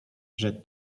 rzekł